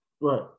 Right